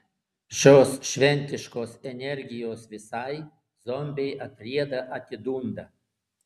šios šventiškos energijos visai zombiai atrieda atidunda